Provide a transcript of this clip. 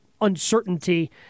uncertainty